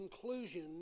conclusion